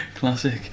Classic